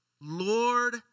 Lord